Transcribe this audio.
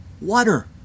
Water